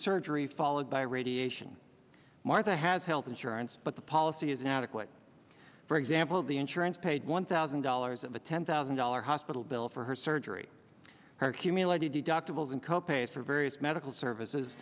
surgery followed by radiation martha has health insurance but the policy is inadequate for example the insurance paid one thousand dollars of a ten thousand dollars hospital bill for her surgery her accumulated deductibles and co pays for various medical services